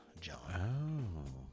John